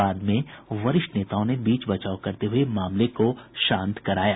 बाद में वरिष्ठ नेताओं ने बीच बचाव करते हुए मामले को शांत कराया